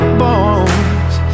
bones